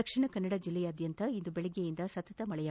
ದಕ್ಷಿಣ ಕನ್ನಡ ಜಿಲ್ಲೆಯಾದ್ಯಂತ ಇಂದು ಬೆಳಗ್ಗೆಯಿಂದ ಸತತ ಮಳೆಯಾಗುತ್ತಿದೆ